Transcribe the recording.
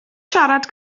siarad